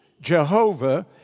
Jehovah